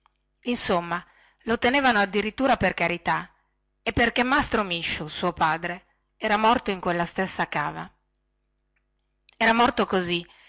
insomma lo tenevano addirittura per carità e perchè mastro misciu suo padre era morto nella cava era morto così